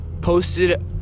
posted